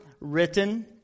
written